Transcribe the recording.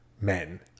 men